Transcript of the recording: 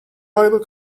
look